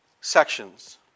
sections